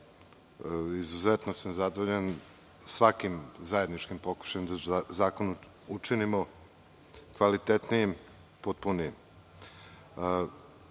izuzetno sam zadovoljan svakim zajedničkim pokušajem da zakon učinimo kvalitetnijim i potpunijim. Ja